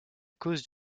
cause